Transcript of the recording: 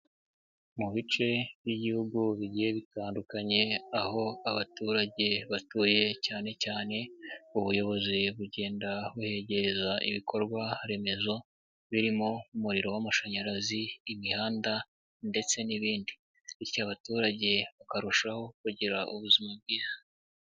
Mu bice by'Igihugu bigiye bitandukanye aho abaturage batuye cyane cyane ubuyobozi bugenda buhegereza ibikorwaremezo birimo: umuriro w'amashanyarazi, imihanda ndetse n'ibindi bityo abaturage bakarushaho kugira ubuzima bwiza.